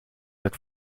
that